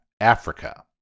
Africa